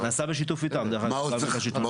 זה נעשה בשיתוף איתם, עם מרכז השלטון המקומי.